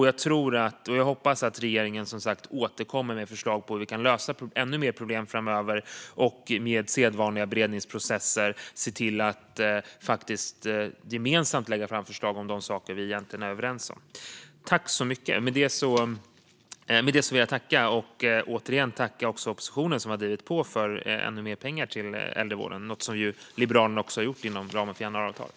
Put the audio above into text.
Jag tror och hoppas, som sagt, att regeringen återkommer med förslag på hur vi kan lösa ännu mer problem framöver och med sedvanliga beredningsprocesser se till att gemensamt lägga fram förslag om de saker vi egentligen är överens om. Jag vill återigen tacka oppositionen, som har drivit på för ännu mer pengar till äldrevården. Detta är ju något som Liberalerna också har gjort inom ramen för januariavtalet.